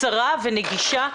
קצרה ונגישה,